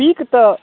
पीक